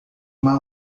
uma